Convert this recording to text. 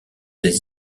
des